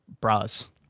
bras